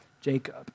Jacob